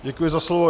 Děkuji za slovo.